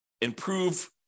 improve